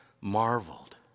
marveled